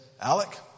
Alec